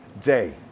day